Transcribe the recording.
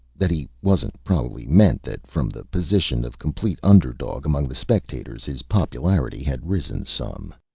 that he wasn't probably meant that, from the position of complete underdog among the spectators, his popularity had risen some.